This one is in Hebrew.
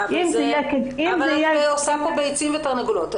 אבל את עושה פה ביצים ותרנגולות.